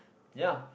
ya